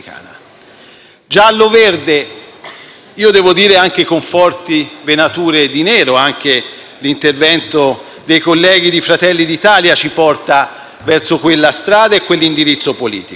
giallo-verde, devo dire anche con forti venature di nero. Anche l'intervento dei colleghi di Fratelli d'Italia ci porta verso quella strada e verso quell'indirizzo politico.